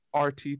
RT